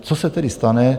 Co se tedy stane?